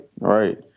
right